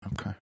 Okay